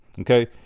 Okay